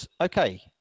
okay